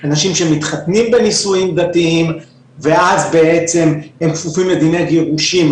אנשים שמתחתנים בנישואים דתיים ואז בעצם הם כפופים לדיני גירושים,